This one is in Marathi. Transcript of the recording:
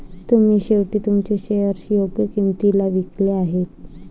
तुम्ही शेवटी तुमचे शेअर्स योग्य किंमतीला विकले आहेत